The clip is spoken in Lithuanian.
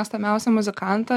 mėgstamiausią muzikantą